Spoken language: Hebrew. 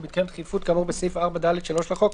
ובהתקיים דחיפות כאמור בסעיף 4(ד)(3) לחוק,